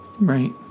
Right